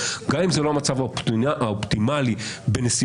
גם אם זה לא המצב האופטימלי בנסיבות,